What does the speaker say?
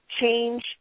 change